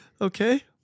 Okay